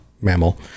mammal